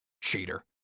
Cheater